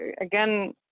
again